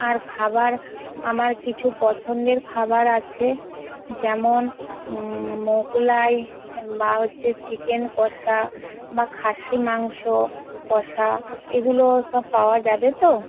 আর খাবার আমার কিছু পছন্দের খাবার আছে যেমন মোগলাই বা হচ্চে চিকেন কষা বা খাসি মাংস কষা এগুলো সব পাওয়া যাবে তো